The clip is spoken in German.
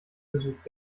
besuch